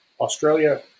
Australia